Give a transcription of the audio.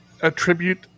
attribute